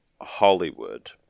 Hollywood